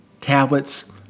tablets